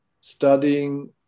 studying